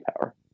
power